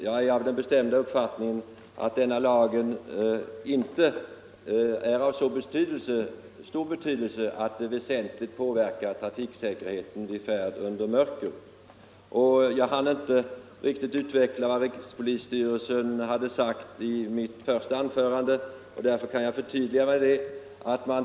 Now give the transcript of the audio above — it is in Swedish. Jag är av den bestämda uppfattningen att denna lag inte är av så stor betydelse att den väsentligt påverkar trafiksäkerheten vid färd i mörker. I mitt första anförande hann jag inte utveckla vad rikspolisstyrelsen har sagt, och jag vill därför något förtydliga det avsnittet. i år.